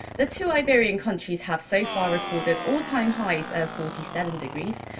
the two iberian countries have, so far, recorded all-time highs of forty seven degrees.